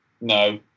No